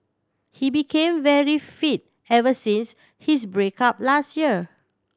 he became very fit ever since his break up last year